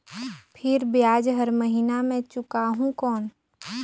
फिर ब्याज हर महीना मे चुकाहू कौन?